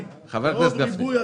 חבר הכנסת גפני.